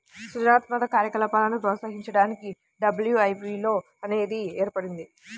సృజనాత్మక కార్యకలాపాలను ప్రోత్సహించడానికి డబ్ల్యూ.ఐ.పీ.వో అనేది ఏర్పడింది